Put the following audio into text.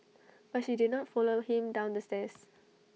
but she did not follow him down the stairs